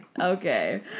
Okay